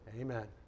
Amen